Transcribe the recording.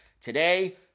today